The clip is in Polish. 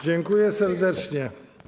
Dziękuję serdecznie.